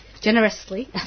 generously